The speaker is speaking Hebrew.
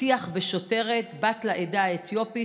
הטיח בשוטרת בת לעדה האתיופית,